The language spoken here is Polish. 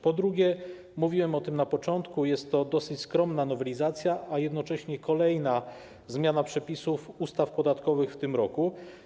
Po drugie - mówiłem o tym na początku - jest to dosyć skromna nowelizacja, a jednocześnie kolejna zmiana przepisów ustaw podatkowych w tym roku.